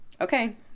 okay